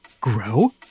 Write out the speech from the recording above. grow